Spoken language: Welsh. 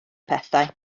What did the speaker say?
pethau